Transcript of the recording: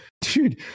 dude